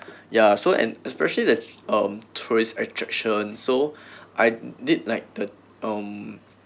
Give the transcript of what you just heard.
ya so and especially the um tourist attraction so I need like the um